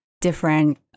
different